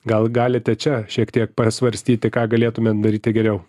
gal galite čia šiek tiek pasvarstyti ką galėtumėt daryti geriau